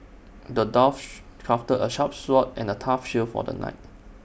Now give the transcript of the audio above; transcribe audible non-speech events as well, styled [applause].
the dwarf [unintelligible] crafted A sharp sword and A tough shield for the knight